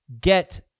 Get